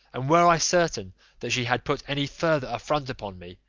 and were i certain that she had put any further affront upon me,